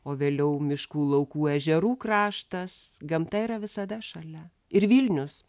o vėliau miškų laukų ežerų kraštas gamta yra visada šalia ir vilnius